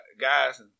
guys